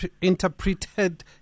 interpreted